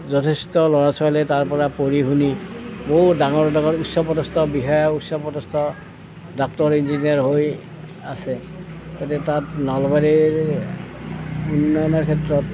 যথেষ্ট ল'ৰা ছোৱালীয়ে তাৰ পৰা পঢ়ি শুনি বহু ডাঙৰ ডাঙৰ উচ্চপদস্থ বিষয়া উচ্চপদস্থ ডাক্তৰ ইঞ্জিনিয়াৰ হৈ আছে গতিকে তাত নলবাৰীৰ উন্নয়নৰ ক্ষেত্ৰত